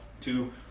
Two